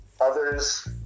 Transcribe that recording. Others